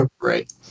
Right